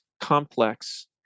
complex